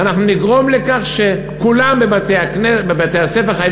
ואנחנו נגרום לכך שבבתי-הספר כולם יהיו